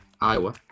Iowa